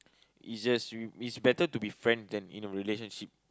is just i~ it's better to be friend than in a relationship